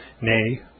nay